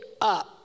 up